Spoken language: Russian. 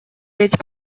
ведь